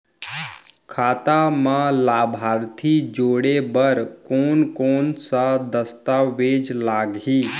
खाता म लाभार्थी जोड़े बर कोन कोन स दस्तावेज लागही?